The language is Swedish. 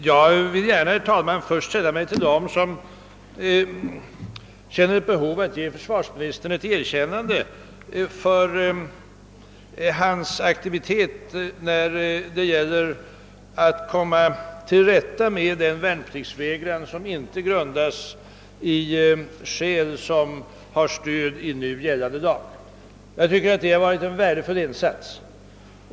Herr talman! Först vill jag sälla mig till dem som vill ge försvarsministern ett erkännande för hans aktivitet när det gällt att komma till rätta med den värnpliktsvägran som inte grundas på skäl som har stöd i nu gällande lag. Jag tycker att det har varit en värdefull insats.